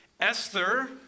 Esther